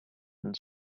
and